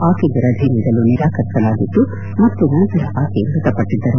ಆಕೆಗೆ ರಜೆ ನೀಡಲು ನಿರಾಕರಿಸಲಾಗಿತ್ತು ಮತ್ತು ನಂತರ ಆಕೆ ಮೃತಪಟ್ಟದ್ದರು